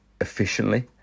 efficiently